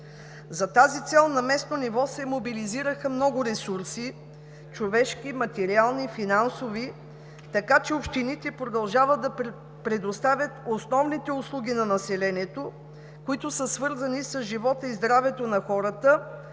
За тази цел на местно ниво се мобилизираха много ресурси – човешки, материални, финансови, така че общините продължават да предоставят основните услуги на населението, свързани с живота и здравето на хората,